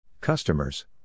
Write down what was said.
Customers